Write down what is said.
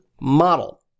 model